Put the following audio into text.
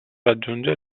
raggiunge